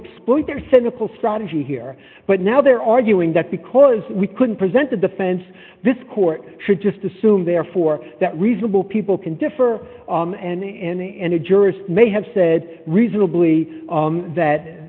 expose their cynical strategy here but now they're arguing that because we couldn't present a defense this court should just assume therefore that reasonable people can differ on and in a jurist may have said reasonably that